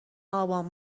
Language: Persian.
آبان